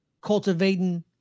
cultivating